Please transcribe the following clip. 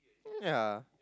ya